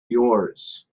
yours